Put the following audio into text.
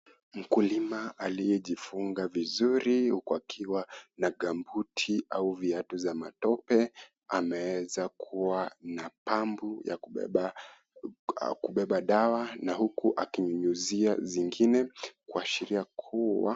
Mkulima aliyejifunga vizuri uku akiwa na (CS)gambuti(CS)au viatu za matope, ameeza kuwa na (CS)pambu(CS) ya kubeba dawa na huku akinyunyuzia zingine kuashiria kuuwa......